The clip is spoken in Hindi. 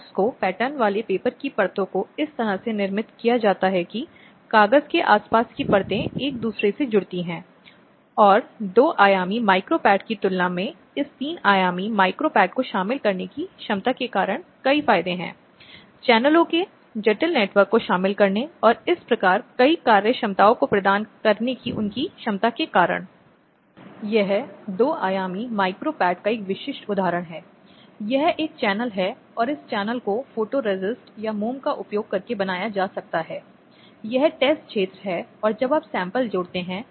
एसिड फेंकने वाले को साधारण उद्देश्य के लिए लाल रंग में सूचीबद्ध किया गया है कि यह कल्पना की गई है जब भारतीय दंड संहिता में निर्धारित और परिभाषित किया गया है एक लिंग विशेष अपराध नहीं है लेकिन एक लिंग तटस्थ अपराध जो भी एसिड आदि का उपयोग दूसरे पर नष्ट करने के लिए करता है